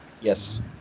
Yes